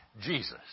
Jesus